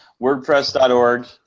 wordpress.org